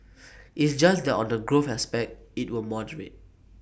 it's just that on the growth aspect IT will moderate